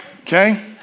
okay